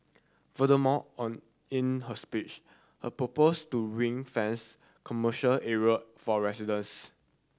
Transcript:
furthermore on in her speech her proposed to ring fence commercial area for residents